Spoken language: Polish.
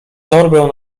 torbę